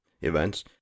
events